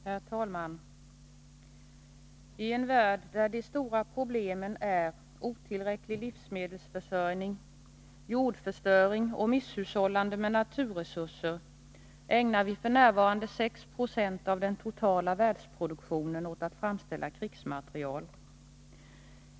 Herr talman! I'en värld där de stora problemen är otillräcklig livsmedelsförsörjning, jordförstöring och misshushållande med naturresurser ägnar vi f.n. 6 26 av den totala världsproduktionen åt att framställa krigsmateriel.